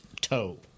toe